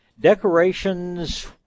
Decorations